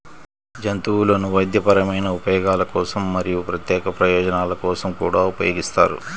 జంతువులను వైద్యపరమైన ఉపయోగాల కోసం మరియు ప్రత్యేక ప్రయోజనాల కోసం కూడా ఉపయోగిస్తారు